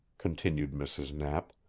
continued mrs. knapp.